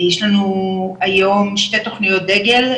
יש לנו היום שתי תוכניות דגל,